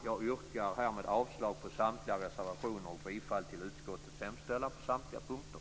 Jag yrkar härmed avslag på samtliga reservationer och bifall till utskottets hemställan på samtliga punkter.